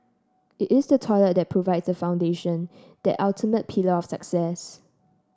it is the toilet that provides the foundation that ultimate pillar of success